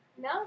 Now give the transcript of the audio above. No